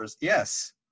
Yes